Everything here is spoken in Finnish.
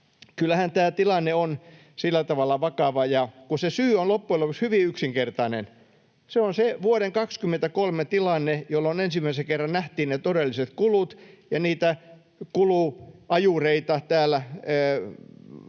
kyllähän tämä tilanne on sillä tavalla vakava. Ja kun se syy on loppujen lopuksi hyvin yksinkertainen: se on se vuoden 23 tilanne, jolloin ensimmäisen kerran nähtiin ne todelliset kulut. Niitä kuluajureita täällä edustaja